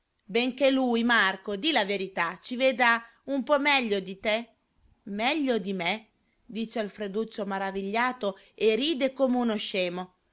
benché lui marco di la verità ci veda un po meglio di te meglio di me dice alfreduccio maravigliato e ride come uno scemo